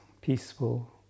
peaceful